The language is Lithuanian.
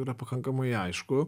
yra pakankamai aišku